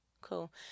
Cool